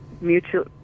Mutual